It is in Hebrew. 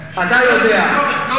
אתה יודע.